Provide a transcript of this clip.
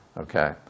okay